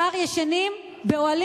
השר, ישנים באוהלים.